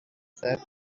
said